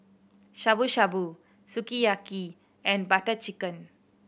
Shabu Shabu Sukiyaki and Butter Chicken